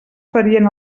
farien